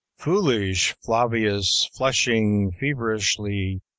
foolish flavius, flushing feverishly,